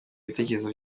bitekerezo